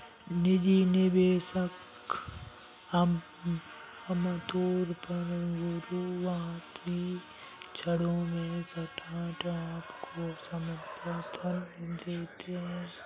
निजी निवेशक आमतौर पर शुरुआती क्षणों में स्टार्टअप को समर्थन देते हैं